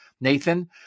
Nathan